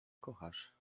kochasz